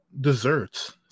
Desserts